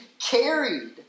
carried